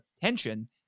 tension